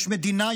יש מדינה,